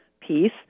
piece